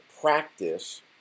practice